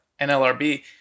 NLRB